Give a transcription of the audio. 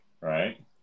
Right